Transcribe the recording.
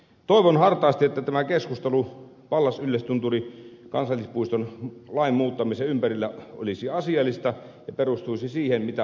toivon hartaasti että tämä keskustelu pallas yllästunturin kansallispuiston lain muuttamisen ympärillä olisi asiallista ja perustuisi siihen mitä ovat tosiasiat